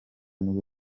nibwo